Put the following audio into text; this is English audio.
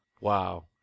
wow